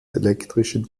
elektrischen